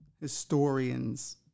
Historians